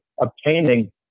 obtaining